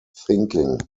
thinking